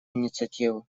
инициативу